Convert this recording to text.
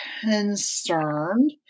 concerned